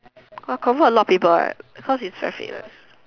!wah! confirm a lot people what because it's very famous